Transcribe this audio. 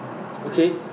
okay